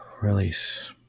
Release